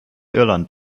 irland